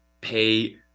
pay